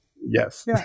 Yes